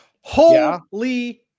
Holy